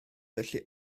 felly